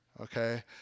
okay